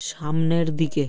সামনের দিকে